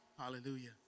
hallelujah